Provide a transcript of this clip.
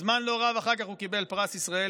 זמן לא רב אחר כך הוא קיבל פרס ישראל,